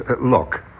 Look